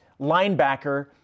linebacker